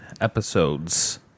episodes